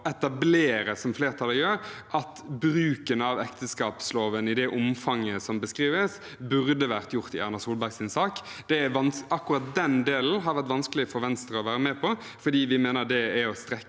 etablere, som flertallet gjør, at bruken av ekteskapsloven i det omfanget som beskrives, burde vært gjort i Erna Solbergs sak. Akkurat den delen har vært vanskelig for Venstre å være med på fordi vi mener det er å strekke